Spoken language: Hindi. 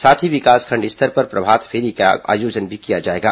साथ ही विकासखंड स्तर पर प्रभातफेरी का आयोजन भी किया जाएगा